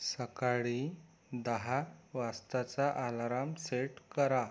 सकाळी दहा वाजताचा आलाराम सेट करा